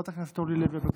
חברת הכנסת אורלי לוי אבקסיס,